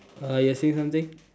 uh you're saying something